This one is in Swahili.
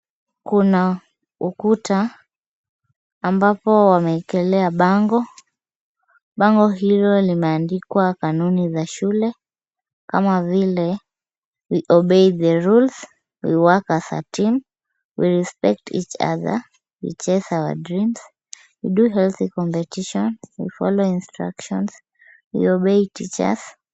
Kuna ukuta ,ambapo wameekelea bango. Bango hilo limeandikwa kanuni za shule, kama vile, [ cs] we obey the rules, we work as a team, we respect each other, we chase our dreams, we do healthy competition, we follow instructions, we obey teachers .